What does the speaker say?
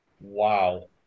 Wow